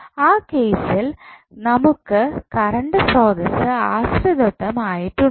ആ കേസിൽ നമുക്ക് കറണ്ട് സ്രോതസ്സ് ആശ്രിതത്വം ആയിട്ടുണ്ട്